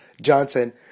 Johnson